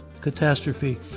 catastrophe